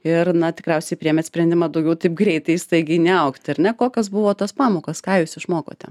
ir na tikriausiai priėmėt sprendimą daugiau taip greitai staigiai neaugti ar ne kokios buvo tas pamokas ką jūs išmokote